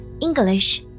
English